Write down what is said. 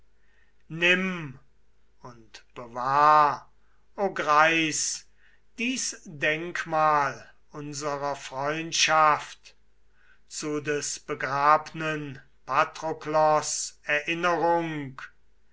nimm und bewahr o greis dies denkmal unserer freundschaft zu des begrabnen patroklos erinnerung